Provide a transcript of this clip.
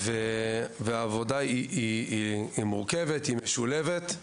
העבודה הזאת מורכבת ומשולבת,